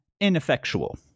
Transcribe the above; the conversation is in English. ineffectual